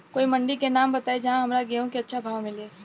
कोई मंडी के नाम बताई जहां हमरा गेहूं के अच्छा भाव मिले?